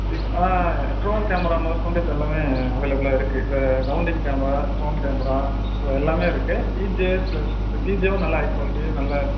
இப்போ drone camera முதற்கொண்டு இப்போ எல்லாமே அவைளபுலாக இருக்கு இந்த rounding camera drone camera so எல்லாமே இருக்கு டிஜே ப்ளஸ் இப்போ டிஜேவும் நல்லா ஹை குவாலிட்டி நல்ல